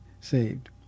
saved